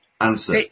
answer